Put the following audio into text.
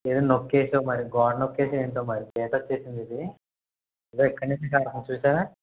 ఏదన్నా నొక్కేసో మరి గోడ నొక్కేసి ఏంటో మరి బీట వచ్చేసింది ఇది ఇదిగో ఇక్కడ నుంచే స్టార్ట్ అవుతుంది చూసారా